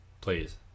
please